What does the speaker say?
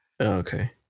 okay